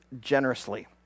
generously